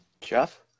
Jeff